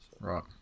Right